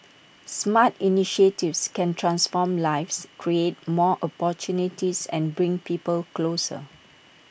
smart initiatives can transform lives create more opportunities and bring people closer